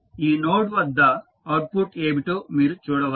ఈ నోడ్ వద్ద అవుట్పుట్ ఏమిటో మీరు చూడవచ్చు